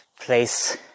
place